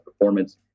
performance